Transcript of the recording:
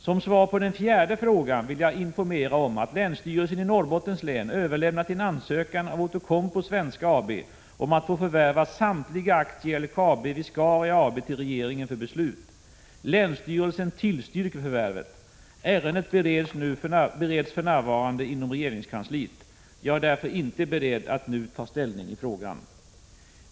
Som svar på den fjärde frågan vill jag informera om att länsstyrelsen i Norrbottens län överlämnat en ansökan av Outokumpu Svenska AB om att få förvärva samtliga aktier i LKAB Viscaria AB till regeringen för beslut. Länsstyrelsen tillstyrker förvärvet. Ärendet bereds för närvarande inom regeringskansliet. Jag är därför inte beredd att nu ta ställning i frågan.